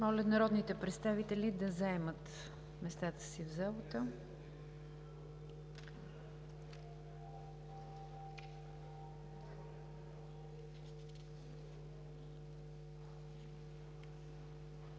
Моля народните представители да заемат местата си в залата.